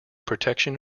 protection